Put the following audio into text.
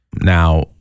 Now